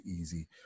easy